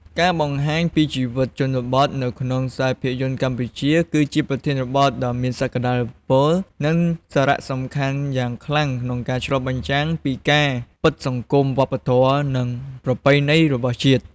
ការបង្ហាញពីជីវិតជនបទនៅក្នុងភាពយន្តកម្ពុជា គឺជាប្រធានបទដ៏មានសក្ដានុពល និងសារៈសំខាន់យ៉ាងខ្លាំងក្នុងការឆ្លុះបញ្ចាំងពីការពិតសង្គម វប្បធម៌ និងប្រពៃណីរបស់ជាតិ។